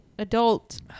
adult